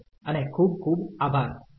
અને ખૂબ ખૂબ આભાર